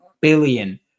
billion